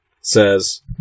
says